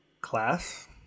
class